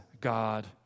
God